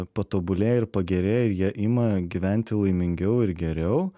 patobulėjo ir pagerėjo jie ima gyventi laimingiau ir geriau